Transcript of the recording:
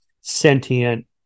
sentient